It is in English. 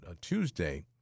Tuesday